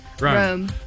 Rome